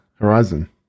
Horizon